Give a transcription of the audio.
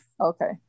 Okay